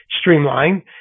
Streamline